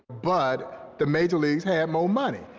but the major leagues had more money,